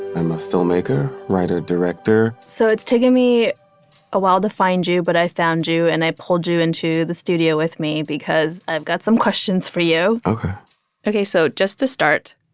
i'm a filmmaker, writer, director so it's taken me a while to find you, but i found you. and i pulled you into the studio with me because i've got some questions for you ok ok. so just to start,